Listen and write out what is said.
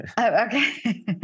Okay